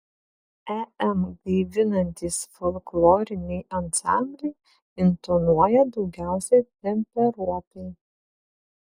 em gaivinantys folkloriniai ansambliai intonuoja daugiausiai temperuotai